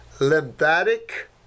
lymphatic